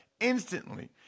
instantly